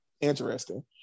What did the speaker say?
interesting